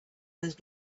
those